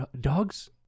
dogs